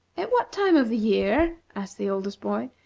at what time of the year, asked the oldest boy,